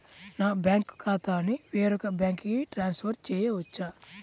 నా బ్యాంక్ ఖాతాని వేరొక బ్యాంక్కి ట్రాన్స్ఫర్ చేయొచ్చా?